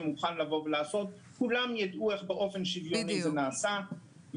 מוכן לעשות וכולם ידעו איך באופן שוויוני זה נעשה,